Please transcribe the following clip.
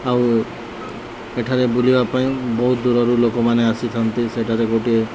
ଆଉ ଏଠାରେ ବୁଲିବା ପାଇଁ ବହୁତ ଦୂରରୁ ଲୋକମାନେ ଆସିଥାନ୍ତି ସେଠାରେ ଗୋଟିଏ